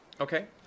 okay